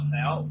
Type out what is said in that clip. now